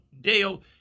dale